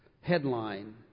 headline